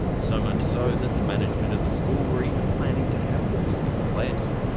so much so that the management of the school were even planning to have the building blessed.